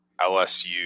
LSU